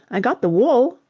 i got the wool.